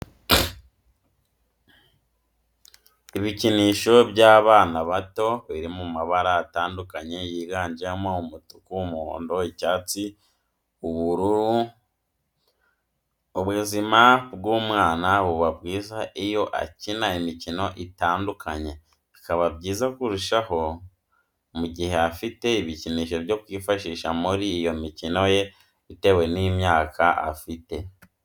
Ibikinisho by'abana bato biri mu mabara atandukanye yiganjemo umutuku, umuhondo, icyatsi, ubururu, ubuzima bw'umwana buba bwiza iyo akina imikino itandukanye, bikaba byiza kurushaho mu gihe afite ibikinisho byo kwifashisha muri iyo mikino ye bitewe n'imyaka afite.